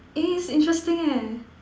eh it's interesting eh